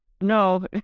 No